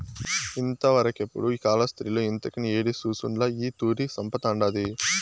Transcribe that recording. ఇంతవరకెపుడూ కాలాస్త్రిలో ఇంతకని యేడి సూసుండ్ల ఈ తూరి సంపతండాది